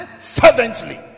fervently